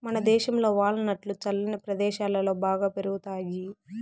మనదేశంలో వాల్ నట్లు చల్లని ప్రదేశాలలో బాగా పెరుగుతాయి